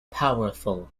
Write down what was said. powerful